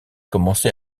commencé